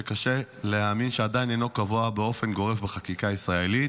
שקשה להאמין שעדיין אינו קבוע באופן גורף בחקיקה הישראלית: